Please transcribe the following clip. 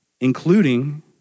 including